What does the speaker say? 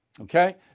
okay